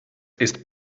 ist